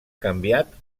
canviat